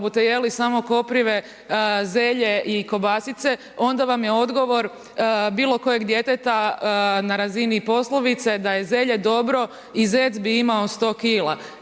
bute jeli samo koprive, zelje i kobasice onda vam je odgovor bilo kojeg djeteta na razini poslovice da je zelje dobro i zec bi imao 100 kila.